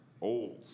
Old